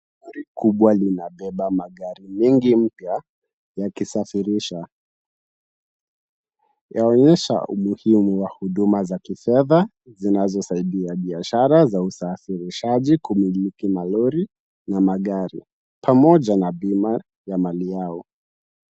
Gari kubwa linabeba magari mengi mpya yakisafirisha. Yaonyesha umuhimu wa huduma za kifedha zinazosaidia biashara za usafirishaji, kumiliki malori na magari pamoja na bima ya mali yao.